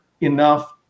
enough